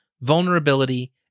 vulnerability